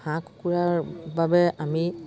হাঁহ কুকুৰাৰ বাবে আমি